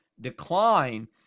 decline